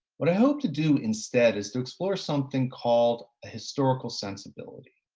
what i hope to do instead is to explore something called a historical sensibility,